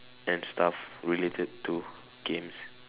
and stuff related to games